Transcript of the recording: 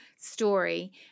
story